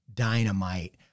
Dynamite